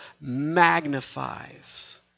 magnifies